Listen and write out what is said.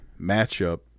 matchup